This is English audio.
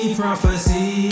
prophecy